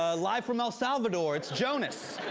ah live from el salvador, it's jonas.